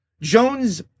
Jones